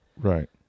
Right